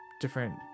different